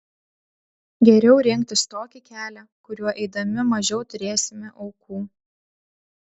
geriau rinktis tokį kelią kuriuo eidami mažiau turėsime aukų